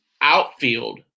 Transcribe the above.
outfield